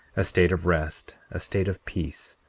a state of rest, a state of peace,